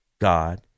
God